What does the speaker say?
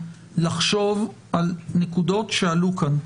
לחשוב על נקודות שעלו כאן.